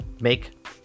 make